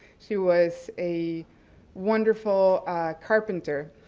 she was a wonderful carpenter,